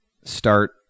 start